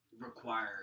require